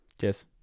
Cheers